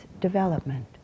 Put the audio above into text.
development